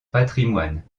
patrimoine